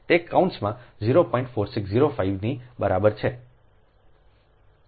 4605 ની બરાબર છે 20